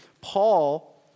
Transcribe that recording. Paul